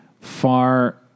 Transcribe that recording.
far